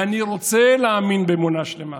ואני רוצה להאמין באמונה שלמה,